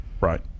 right